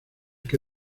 que